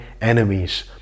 enemies